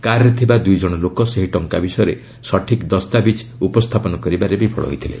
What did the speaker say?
କାର୍ରେ ଥିବା ଦୁଇଜଣ ଲୋକ ସେହି ଟଙ୍କା ବିଷୟରେ ସଠିକ୍ ଦସ୍ତାବିଜ ଉପସ୍ଥାପନ କରିବାରେ ବିଫଳ ହୋଇଥିଲେ